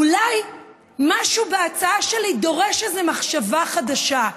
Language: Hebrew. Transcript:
אולי משהו בהצעה שלי דורש איזו מחשבה חדשה.